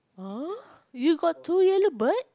!huh! you got two yellow bird